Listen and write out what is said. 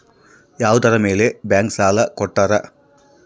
ಯಾವುದರ ಮೇಲೆ ಬ್ಯಾಂಕ್ ಸಾಲ ಕೊಡ್ತಾರ?